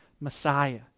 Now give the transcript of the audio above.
Messiah